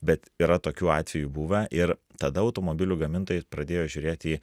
bet yra tokių atvejų buvę ir tada automobilių gamintojai pradėjo žiūrėt į